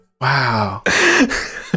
Wow